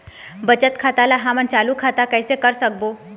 बचत खाता ला हमन चालू खाता कइसे कर सकबो?